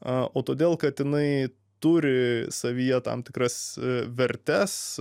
a todėl kad jinai turi savyje tam tikras vertes